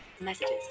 Messages